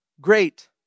Great